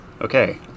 Okay